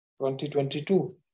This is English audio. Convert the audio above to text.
2022